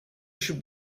should